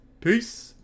Peace